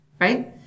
right